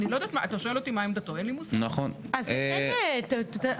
אני רוצה להוסיף על הדברים של גיל.